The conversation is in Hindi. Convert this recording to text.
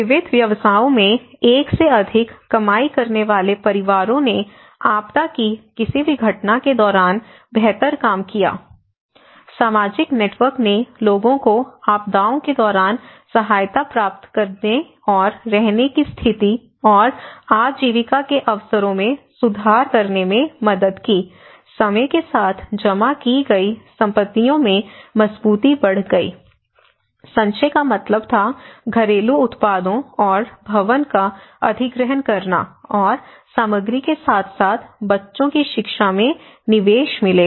विविध व्यवसायों में एक से अधिक कमाई करने वाले परिवारों ने आपदा की किसी भी घटना के दौरान बेहतर काम किया सामाजिक नेटवर्क ने लोगों को आपदाओं के दौरान सहायता प्राप्त करने और रहने की स्थिति और आजीविका के अवसरों में सुधार करने में मदद की समय के साथ जमा की गई संपत्तियों में मजबूती बढ़ गई संचय का मतलब था घरेलू उत्पादों और भवन का अधिग्रहण करना और सामग्री के साथ साथ बच्चों की शिक्षा में निवेश मिलेगा